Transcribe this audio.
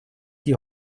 die